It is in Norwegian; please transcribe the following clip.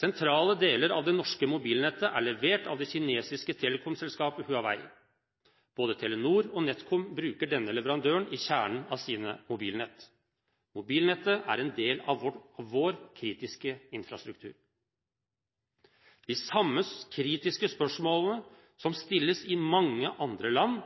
Sentrale deler av det norske mobilnettet er levert av det kinesiske telekomselskapet Huawei. Både Telenor og NetCom bruker denne leverandøren i kjernen av sine mobilnett. Mobilnettet er en del av vår kritiske infrastruktur. De samme kritiske spørsmålene som stilles i mange andre land,